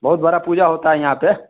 बहुत बड़ा पूजा होता है यहाँ पे